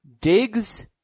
digs